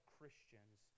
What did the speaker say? Christians